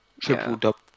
Triple-double